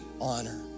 honor